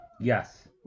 yes